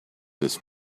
this